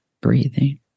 breathing